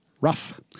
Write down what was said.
rough